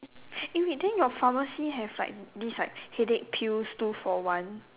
eh wait then your pharmacy have like this like headache pills two for one